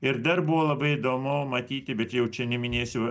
ir dar buvo labai įdomu matyti bet jau čia neminėsiu